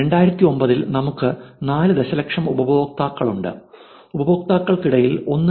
അതിനാൽ 2009 ൽ നമുക്ക്54 ദശലക്ഷം ഉപയോക്താക്കളുണ്ട് ഉപയോക്താക്കൾക്കിടയിൽ 1